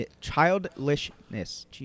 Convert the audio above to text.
childishness